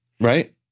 Right